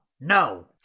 No